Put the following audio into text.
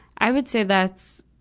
i would say that's,